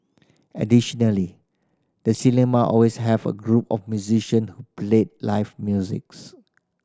additionally the cinema always have a group of musician played live musics